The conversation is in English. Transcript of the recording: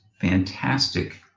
fantastic